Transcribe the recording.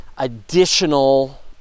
additional